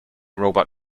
robot